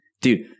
Dude